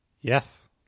yes